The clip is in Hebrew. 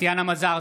טטיאנה מזרסקי,